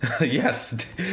Yes